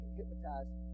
hypnotized